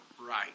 right